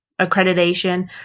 accreditation